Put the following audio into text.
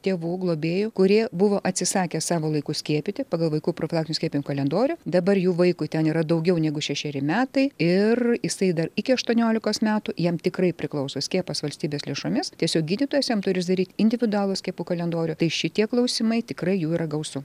tėvų globėjų kurie buvo atsisakę savo laiku skiepyti pagal vaikų profilaktinių skiepijimų kalendorių dabar jų vaikui ten yra daugiau negu šešeri metai ir jisai dar iki aštuoniolikos metų jam tikrai priklauso skiepas valstybės lėšomis tiesiog gydytojas jam turi sudaryt individualų skiepų kalendorių tai šitie klausimai tikrai jų yra gausu